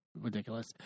ridiculous